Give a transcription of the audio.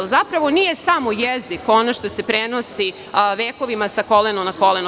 Zapravo, nije samo jezik ono što se prenosi vekovima sa kolena na koleno.